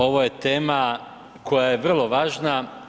Ovo je tema koja je vrlo važna.